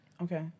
Okay